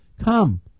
Come